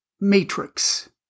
Matrix